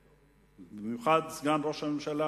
ובמיוחד לסגן ראש הממשלה,